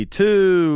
two